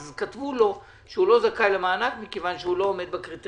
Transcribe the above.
אז כתבו לו שהוא לא זכאי למענק מכיוון שהוא לא עומד בקריטריונים.